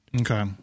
Okay